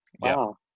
Wow